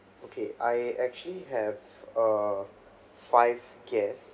okay I actually have err five guests